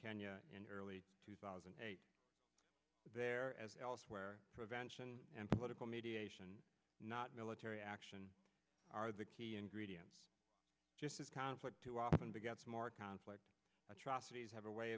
kenya in early two thousand and eight there as elsewhere prevention and political mediation not military action are the key ingredient conflict too often begets more conflict atrocities have a way